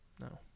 No